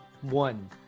one